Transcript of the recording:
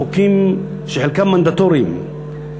בחוקים שחלקם מנדטוריים.